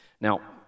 Now